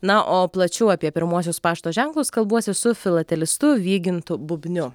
na o plačiau apie pirmuosius pašto ženklus kalbuosi su filatelistu vygintu bubniu